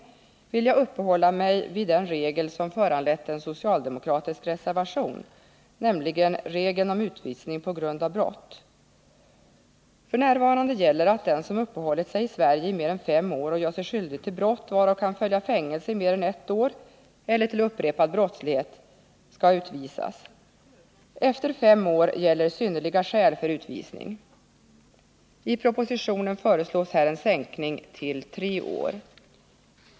Men jag vill härutöver också uppehålla mig vid den regel som föranlett en socialdemokratisk reservation, nämligen regeln om utvisning på grund av brott. F.n. gäller att den som uppehållit sig i Sverige i mindre än fem år och gör sig skyldig till brott, varav kan följa fängelse i mer än ett år, eller till upprepad brottslighet kan utvisas. Efter fem år gäller ”synnerliga skäl” för utvisning. I propositionen föreslås här en sänkning till tre år.